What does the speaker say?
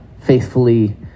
faithfully